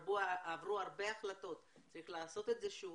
עברו הרבה החלטות, צריך לעשות את זה שוב.